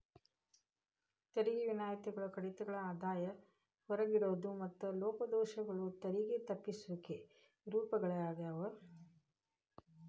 ತೆರಿಗೆ ವಿನಾಯಿತಿಗಳ ಕಡಿತಗಳ ಆದಾಯ ಹೊರಗಿಡೋದು ಮತ್ತ ಲೋಪದೋಷಗಳು ತೆರಿಗೆ ತಪ್ಪಿಸುವಿಕೆ ರೂಪಗಳಾಗ್ಯಾವ